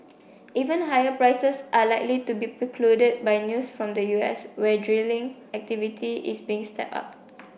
even higher prices are likely to be precluded by news from the U S where drilling activity is being stepped up